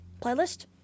playlist